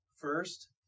First